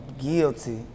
guilty